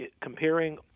comparing